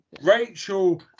Rachel